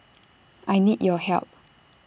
I need your help